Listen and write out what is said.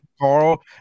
Carl